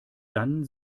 dann